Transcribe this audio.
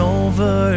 over